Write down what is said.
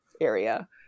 area